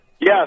Yes